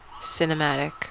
cinematic